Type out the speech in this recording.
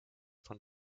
von